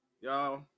y'all